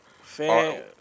Fan